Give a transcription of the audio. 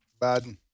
Biden